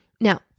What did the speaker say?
Now